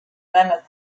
mammoth